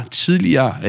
tidligere